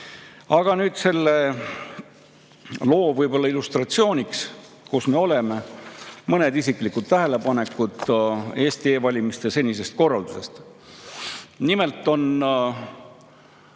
Aga nüüd selle illustratsiooniks, kus me oleme, mõned isiklikud tähelepanekud Eesti e‑valimiste senise korralduse kohta. Nimelt olen